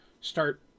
start